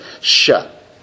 shut